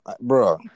bro